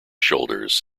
shoulders